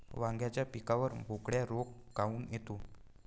वांग्याच्या पिकावर बोकड्या रोग काऊन येतो?